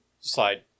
slide